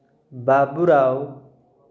Baburao